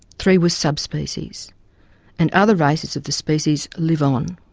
three were subspecies and other races of the species live on.